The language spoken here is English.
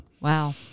Wow